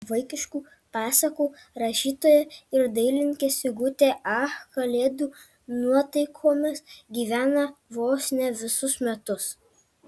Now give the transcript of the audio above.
vaikiškų pasakų rašytoja ir dailininkė sigutė ach kalėdų nuotaikomis gyvena vos ne visus metus